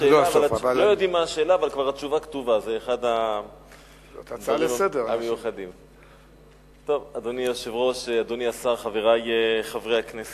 1. האם נכון כי השיקולים לבחירת המקום